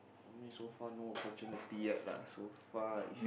for me so far no opportunity yet lah so far is